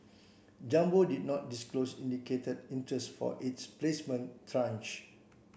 jumbo did not disclose indicated interest for its placement tranche